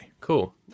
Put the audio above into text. Cool